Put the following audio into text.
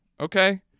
okay